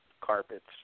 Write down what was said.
Carpets